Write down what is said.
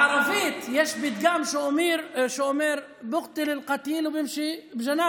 בערבית יש פתגם שאומר: (אומר בערבית ומתרגם:)